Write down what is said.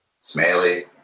Smelly